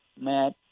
Matt